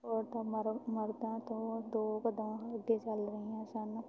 ਔਰਤਾਂ ਮਰ ਮਰਦਾਂ ਤੋਂ ਦੋ ਕਦਮ ਅੱਗੇ ਚੱਲ ਰਹੀਆਂ ਸਨ